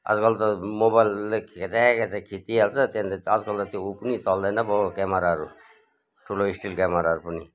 आजकल त मोबाइलले खच्याक खच्याक खिचिहाल्छ त्यहाँदेखि त आजकल त ऊ पनि चल्दैन पो हौ क्यामेराहरू ठुलो स्टिल क्यामेराहरू पनि